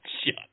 Shut